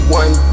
one